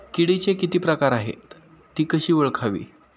किडीचे किती प्रकार आहेत? ति कशी ओळखावी?